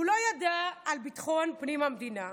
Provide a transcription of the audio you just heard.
הוא לא ידע על ביטחון פנים במדינה.